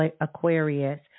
Aquarius